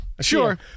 Sure